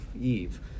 Eve